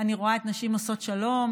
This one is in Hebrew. אני רואה את נשים עושות שלום,